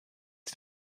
sie